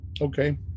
Okay